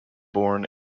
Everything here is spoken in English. born